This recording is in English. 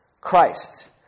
Christ